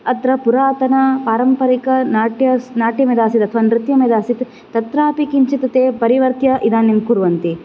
अत्र पुरातन पारम्परिक नाट्य नाट्य मेला आसीत् अथवा नृत्य मेला आसीत् तत्रापि किञ्चित् ते परिवर्त्य इदानीं कुर्वन्ति